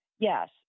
Yes